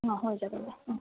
অঁ হৈ যাব দে অঁ